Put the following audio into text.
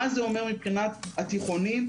מה זה אומר מבחינת בתי הספר התיכוניים,